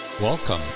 Welcome